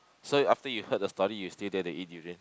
so after you heard the story you still dare to eat durian